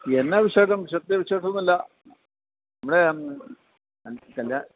എന്നാ വിശേഷം പ്രത്യേകിച്ച് വിശേഷം ഒന്നും ഇല്ല നമ്മുടെ